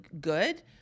good